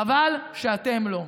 חבל שאתם לא.